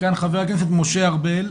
כאן חבר הכנסת משה ארבל.